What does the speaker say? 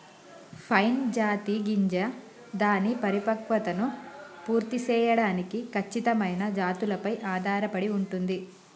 pine జాతి గింజ దాని పరిపక్వతను పూర్తి సేయడానికి ఖచ్చితమైన జాతులపై ఆధారపడి ఉంటుంది